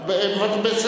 אני אוותר.